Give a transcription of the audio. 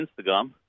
Instagram